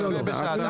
לא.